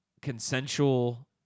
consensual